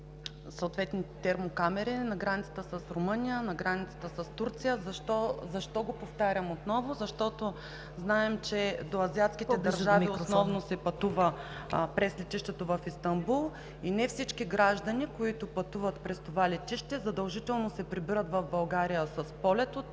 съответните термокамери на границата с Румъния, на границата с Турция? Защо го повтарям отново? Защото знаем, че до азиатските държави основно се пътува през летището в Истанбул и не всички граждани, които пътуват през това летище, задължително се прибират в България с полет от